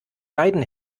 beiden